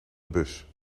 bus